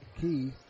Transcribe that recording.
Key